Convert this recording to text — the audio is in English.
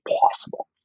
possible